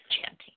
chanting